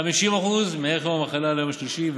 50% מערך יום המחלה על היום השלישי,